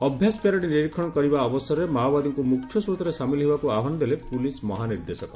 ଅଭ୍ୟାସ ପ୍ୟାରେଡ୍ ନିରୀକ୍ଷଣ କରିବା ଅବସରରେ ମାଓବାଦୀମାନଙ୍ଙ ମୁଖ୍ୟସ୍ରୋତରେ ସାମିଲ ହେବାକୁ ଆହ୍ବାନ ଦେଲେ ପୁଲିସ୍ ମହାନିର୍ଦ୍ଦେଶକ